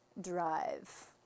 Drive